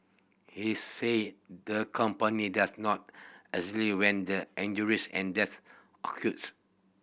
he said the company does not exactly when the injuries and death occurred